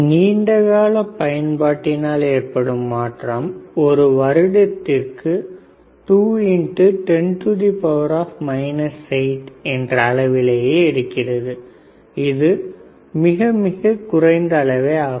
நீண்டகால பயன்பாட்டினால் ஏற்படும் மாற்றம் ஒரு வருடத்திற்கு 2×10 8 என்ற அளவிலேயே இருக்கிறது இது மிக மிக குறைந்த அளவே ஆகும்